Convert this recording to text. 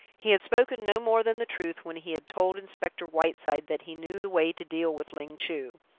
he had spoken no more than the truth when he had told inspector whiteside that he knew the way to deal with ling chu.